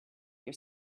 your